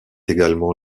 également